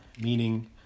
meaning